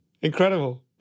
Incredible